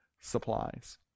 supplies